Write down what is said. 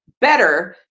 better